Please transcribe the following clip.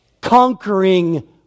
conquering